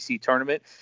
tournament